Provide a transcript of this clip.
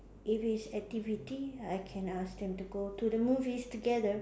if it's activity I can ask them to go to the movies together